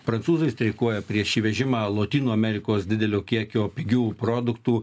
prancūzai streikuoja prieš įvežimą lotynų amerikos didelio kiekio pigių produktų